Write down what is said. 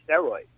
steroids